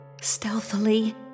stealthily